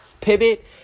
pivot